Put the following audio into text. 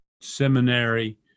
seminary